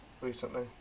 recently